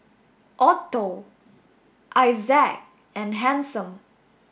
Otto Issac and Hanson